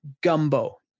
gumbo